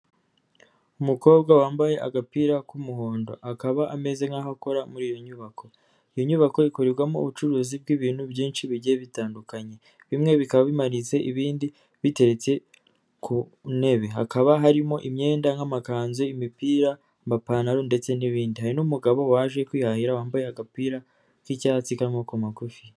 Umukobwa wambaye agapira k'umuhondo, akaba ameze nk'aho akora muri iyo nyubako, iyo nyubako ikorerwamo ubucuruzi bw'ibintu byinshi bigiye bitandukanye, bimwe bikaba bimanitse ibindi biteretse ku ntebe, hakaba harimo imyenda nk'amakanzu, imipira, amapantaro ndetse n'ibindi, hari n'umugabo waje kwihahira wambaye agapira k'icyatsi k'amaboko magufi.